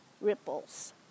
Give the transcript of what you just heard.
ripples